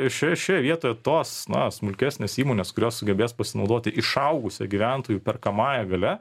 iš šioje šioje vietoje tos na smukesnės įmonės kurios sugebės pasinaudoti išaugusia gyventojų perkamąja galia